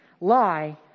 lie